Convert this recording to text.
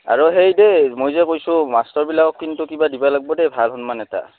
আৰু সেই দেই মই যে কৈছোঁ মাষ্টৰবিলাকক কিন্তু কিবা দিবা লাগব দেই ভাল সন্মান এটা